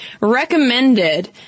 recommended